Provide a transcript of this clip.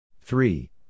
Three